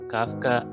Kafka